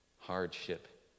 Hardship